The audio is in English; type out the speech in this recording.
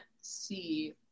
see